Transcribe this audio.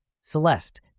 Celeste